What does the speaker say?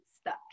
stuck